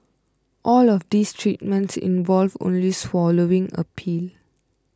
all of these treatments involve only swallowing a pill